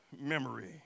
memory